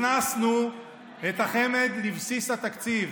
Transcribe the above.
הכנסנו את החמ"ד לבסיס התקציב.